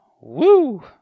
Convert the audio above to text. Woo